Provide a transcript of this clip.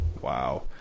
Wow